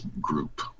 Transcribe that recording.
group